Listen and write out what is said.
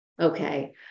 Okay